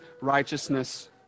righteousness